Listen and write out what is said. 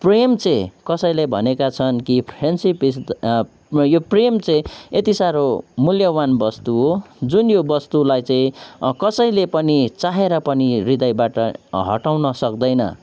प्रेम चाहिँ कसैले भनेका छन् कि फ्रेन्डसिप इज द यो प्रेम चाहिँ यति साह्नो मूल्यवान वस्तु हो जुन यो वस्तुलाई चाहिँ कसैले पनि चाहेर पनि हृदयबाट हटाउन सक्तैन